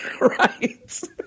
Right